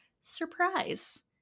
surprise